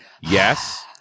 yes